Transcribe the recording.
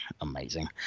Amazing